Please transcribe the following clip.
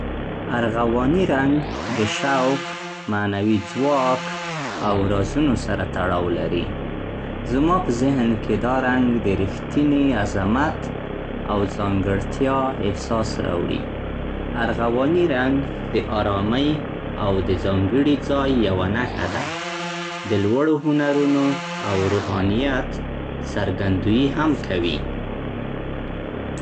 ارغواني رنګ د شوق، معنوي ځواک او رازونو سره تړاو لري. زما په ذهن کې دا رنګ د رښتینې عظمت او ځانګړتیا احساس راوړي. ارغواني رنګ د ارامۍ او د ځانګړي ځای یوه نښه ده، د لوړو هنرونو او روحانیت څرګندويي هم کوي.